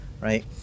right